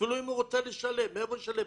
אפילו אם הוא רוצה לשלם, מאיפה הוא ישלם?